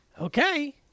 okay